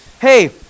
Hey